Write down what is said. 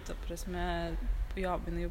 ta prasme jo jinai